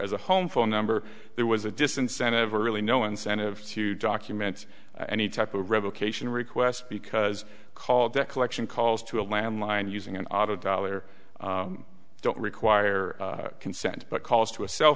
as a home phone number there was a disincentive really no incentive to document any type of revocation request because call debt collection calls to a landline using an auto dialer don't require consent but calls to a cell